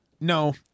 No